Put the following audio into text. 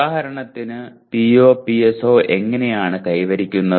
ഉദാഹരണത്തിന് POPSO എങ്ങനെയാണ് കൈവരിക്കുന്നത്